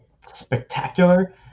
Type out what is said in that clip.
spectacular